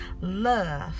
Love